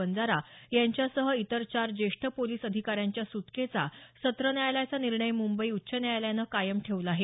वंजारा यांच्यासह इतर चार ज्येष्ठ पोलिस अधिकाऱ्यांच्या सुटकेचा सत्र न्यायालयाचा निर्णय मुंबई उच्च न्यायालयानं कायम ठेवला आहे